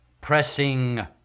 pressing